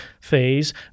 phase